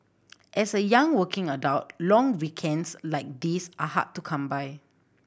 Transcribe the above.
as a young working adult long weekends like these are hard to come by